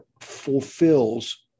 fulfills